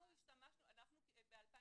היית